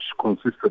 consisted